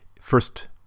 first